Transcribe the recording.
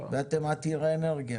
ואתם עתירי אנרגיה.